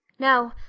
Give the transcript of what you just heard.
no.